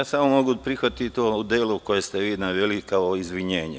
Samo mogu prihvatiti u onom delu u kojem ste vi naveli kao izvinjenje.